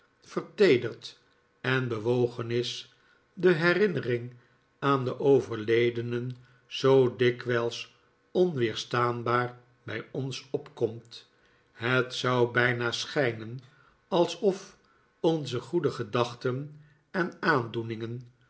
verteederd en bewogen is de herinhering aan de overledenen zoo dikwijls onweerstaanbaar bij ons opkomt het zou bijna schijnen alsof onze goede gedachten en aandoeningen